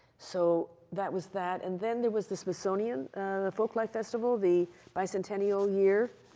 so, that was that. and then there was the smithsonian, the folklife festival, the bicentennial year.